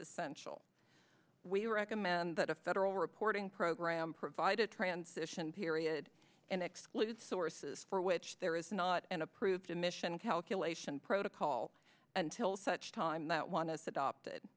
essential we recommend that a federal reporting program provide a transition period and exclude sources for which there is not an approved emission calculation protocol until such time that one is adopted